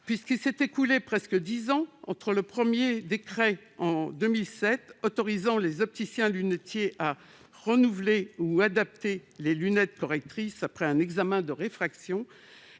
puisqu'il s'est écoulé presque dix ans entre le premier décret, en 2007, autorisant les opticiens-lunetiers à renouveler ou adapter les lunettes correctrices après un examen de réfraction,